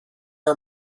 are